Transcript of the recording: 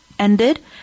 Ended